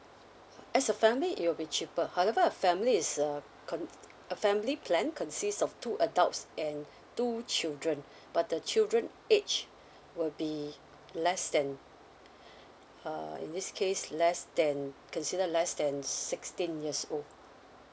as a family it will be cheaper however a family is a con~ a family plan consists of two adults and two children but the children age will be less than uh in this case less than consider less than sixteen years old